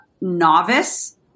novice